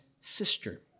sister